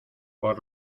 por